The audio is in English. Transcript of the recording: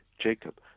Jacob